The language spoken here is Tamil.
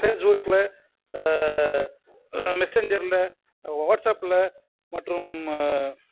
ஃபேஸ்புக்கில் மெசேன்ஜரில் வாட்ஸ் அப்பில் மற்றும்